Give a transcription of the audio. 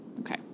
Okay